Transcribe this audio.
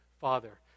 Father